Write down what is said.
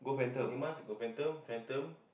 into phantom phantom